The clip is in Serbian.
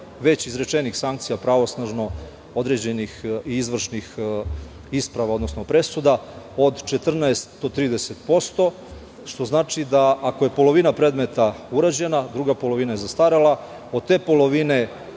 već izrečenih sankcija pravosnažno određenih i izvršnih isprava, odnosno presuda, od 14% do 30%, što znači da ako je polovina predmeta urađena, druga polovina je zastarela. Od te polovine